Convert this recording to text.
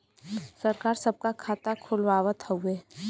सरकार सबका खाता खुलवावत हउवे